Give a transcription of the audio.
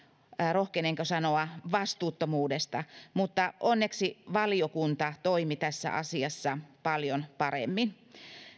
rohkenenko sanoa vastuuttomuudesta mutta onneksi valiokunta toimi tässä asiassa paljon paremmin